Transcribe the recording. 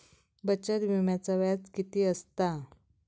बचत विम्याचा व्याज किती असता?